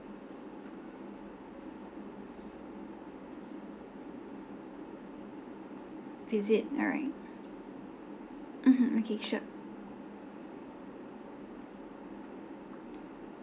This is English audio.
visit alright mmhmm okay sure